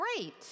great